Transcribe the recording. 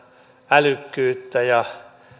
älykkyyttä ja